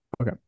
Okay